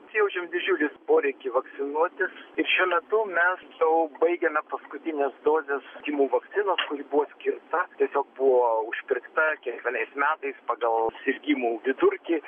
jaučiam didžiulis poreikį vakcinuotis ir šiuo metu mes jau baigiame paskutines dozes tymų vakcinos kuri buvo skirta tiesiog buvo užpirkta kiekvienais metais pagal sirgimų vidurkį